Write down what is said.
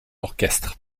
orchestre